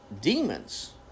demons